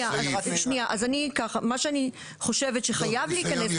מה שאני חושבת שחייב להיכנס בסעיף --- טוב,